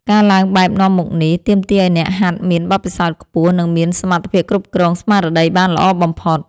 ការឡើងបែបនាំមុខនេះ ទាមទារឱ្យអ្នកហាត់មានបទពិសោធន៍ខ្ពស់ និងមានសមត្ថភាពគ្រប់គ្រងស្មារតីបានល្អបំផុត។